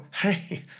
hey